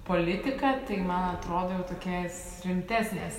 politiką tai man atrodo jau tokias rimtesnės